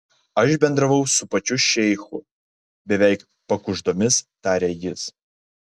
aš bendravau su pačiu šeichu beveik pakuždomis tarė jis